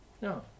no